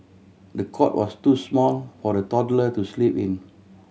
the cot was too small for the toddler to sleep in